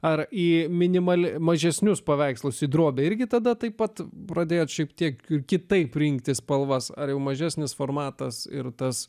ar į minimaliai mažesnius paveikslus į drobę irgi tada taip pat pradėti šiek tiek kitaip rinktis spalvas ar jau mažesnis formatas ir tas